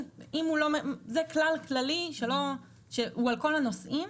זה כלל כללי שהוא על כל הנוסעים.